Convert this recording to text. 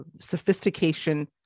sophistication